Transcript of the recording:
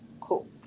cool